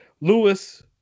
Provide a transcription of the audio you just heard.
Lewis